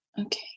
Okay